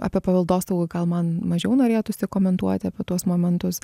apie paveldosaugą gal man mažiau norėtųsi komentuoti apie tuos momentus